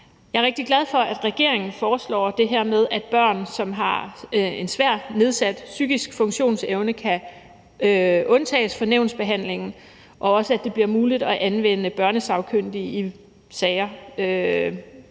Jeg er rigtig glad for, at regeringen foreslår det her med, at børn, som har en svær nedsat psykisk funktionsevne, kan undtages fra nævnsbehandlingen, og også at det bliver muligt at anvende børnesagkyndige i sager